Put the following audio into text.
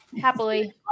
Happily